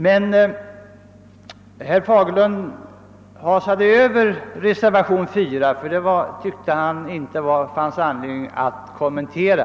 Herr Fagerlund hasade bara snabbt över reservationen 4, som han inte tyckte det fanns anledning att kommentera.